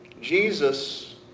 Jesus